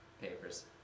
Papers